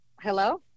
Hello